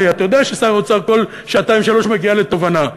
הרי אתה יודע ששר האוצר כל שעתיים-שלוש מגיע לתובנה.